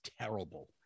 terrible